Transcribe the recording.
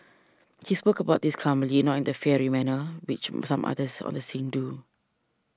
he spoke about this calmly not in the fiery manner which some others on the scene do